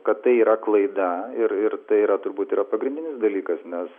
kad tai yra klaida ir ir tai yra turbūt yra pagrindinis dalykas nes